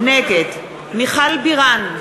נגד מיכל בירן,